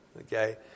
Okay